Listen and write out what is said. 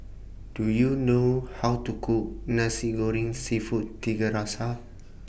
Do YOU know How to Cook Nasi Goreng Seafood Tiga Rasa